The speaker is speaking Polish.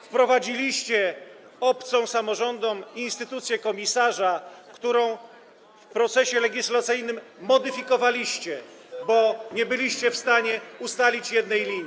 Wprowadziliście obcą samorządom instytucję komisarza, którą w procesie legislacyjnym modyfikowaliście, bo nie byliście w stanie ustalić jednej linii.